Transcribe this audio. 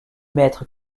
maître